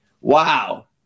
Wow